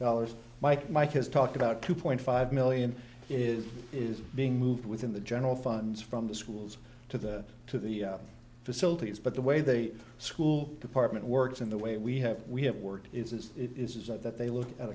dollars mike mike has talked about two point five million is is being moved within the general funds from the schools to the to the facilities but the way they school department works in the way we have we have worked is as it is is that they look at